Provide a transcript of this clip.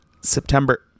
September